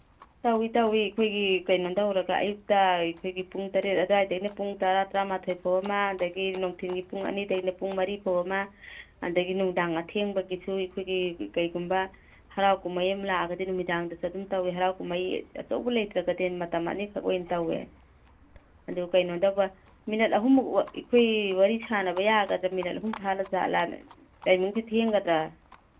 ꯇꯧꯏ ꯇꯧꯏ ꯑꯩꯈꯣꯏꯒꯤ ꯀꯩꯅꯣ ꯇꯧꯔꯒ ꯑꯌꯨꯛꯇ ꯑꯩꯈꯣꯏꯒꯤ ꯄꯨꯡ ꯇꯔꯦꯠ ꯑꯗ꯭ꯋꯥꯏꯗꯩꯅ ꯄꯨꯡ ꯇꯔꯥ ꯇꯔꯥꯃꯥꯊꯣꯏ ꯐꯥꯎ ꯑꯃ ꯑꯗꯩꯗꯤ ꯅꯨꯡꯊꯤꯜꯒꯤ ꯄꯨꯡ ꯑꯅꯤꯗꯒꯤꯅ ꯄꯨꯡ ꯃꯔꯤ ꯐꯧ ꯑꯃ ꯑꯗꯒꯤ ꯅꯨꯡꯗꯥꯡ ꯑꯊꯦꯡꯕꯒꯤꯁꯨ ꯑꯩꯈꯣꯏꯒꯤ ꯀꯩꯒꯨꯝꯕ ꯍꯔꯥꯎ ꯀꯨꯝꯍꯩ ꯑꯃ ꯂꯥꯛꯑꯒꯗꯤ ꯅꯨꯃꯤꯗꯥꯡꯗꯁꯨ ꯑꯗꯨꯝ ꯇꯧꯋꯤ ꯍꯔꯥꯎ ꯀꯨꯝꯍꯩ ꯑꯆꯧꯕ ꯂꯩꯇ꯭ꯔꯒꯗꯤ ꯃꯇꯝ ꯑꯅꯤꯈꯛ ꯑꯣꯏꯅ ꯇꯧꯋꯦ ꯑꯗꯨ ꯀꯩꯅꯣ ꯇꯧꯕ ꯃꯤꯅꯠ ꯑꯍꯨꯝꯃꯨꯛ ꯑꯩꯈꯣꯏ ꯋꯥꯔꯤ ꯁꯥꯟꯅꯕ ꯌꯥꯒꯗ꯭ꯔ ꯃꯤꯅꯠ ꯑꯍꯨꯝ ꯐꯥꯔ ꯖꯥꯠꯂꯅꯦ ꯇꯥꯏꯃꯤꯡꯁꯤ ꯊꯦꯡꯒꯗ꯭ꯔ